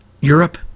Europe